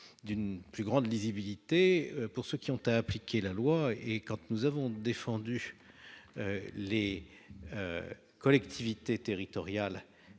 d'une plus grande lisibilité pour ceux qui ont à appliquer la loi. Quand nous avons défendu les collectivités territoriales